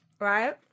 Right